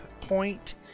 point